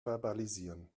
verbalisieren